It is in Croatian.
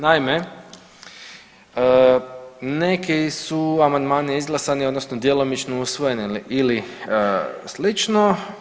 Naime, neki su amandmani izglasani, odnosno djelomično usvojeni ili slično.